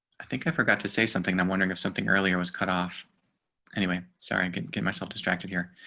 i think i forgot to say something. i'm wondering if something earlier was cut off anyway. sorry, i could get myself distracted here.